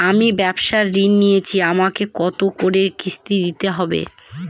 আমি ব্যবসার ঋণ নিয়েছি আমাকে কত করে কিস্তি দিতে হবে?